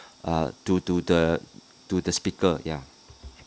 uh to to the to the speaker ya